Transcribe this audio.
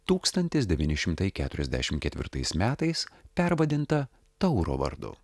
tūkstantis devyni šimtai keturiasdešim ketvirtais metais pervadinta tauro vardu